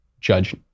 judge